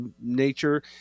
nature